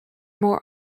more